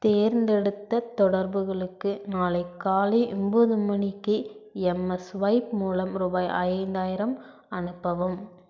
தேர்ந்தெடுத்த தொடர்புகளுக்கு நாளை காலை ஒம்பது மணிக்கு எம்எஸ்வைப் மூலம் ரூபாய் ஐந்தாயிரம் அனுப்பவும்